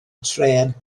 trên